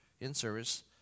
in-service